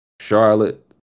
Charlotte